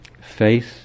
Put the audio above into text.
faith